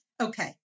Okay